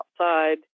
outside